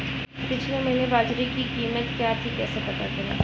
पिछले महीने बाजरे की कीमत क्या थी कैसे पता करें?